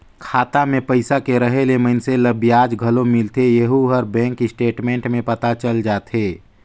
खाता मे पइसा के रहें ले मइनसे ल बियाज घलो मिलथें येहू हर बेंक स्टेटमेंट में पता चल जाथे